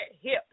hip